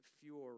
fury